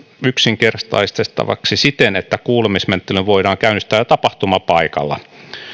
yksinkertaistettavaksi siten että kuulemismenettely voidaan käynnistää jo tapahtumapaikalla